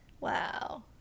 Wow